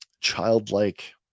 childlike